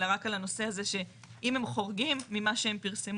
אלא רק על הנושא הזה שאם הם חורגים ממה שהם פרסמו,